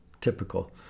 typical